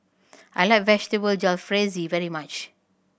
I like Vegetable Jalfrezi very much